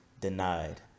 denied